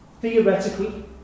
theoretically